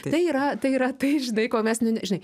tai yra tai yra tai žinai ko mes nu ne žinai